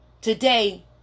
today